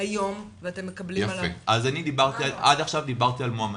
היום ואתם מקבלים עליו --- עד עכשיו דיברתי על מועמדים.